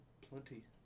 plenty